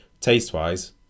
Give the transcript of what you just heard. taste-wise